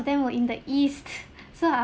them were in the east so